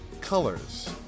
colors